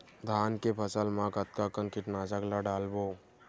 धान के फसल मा कतका कन कीटनाशक ला डलबो?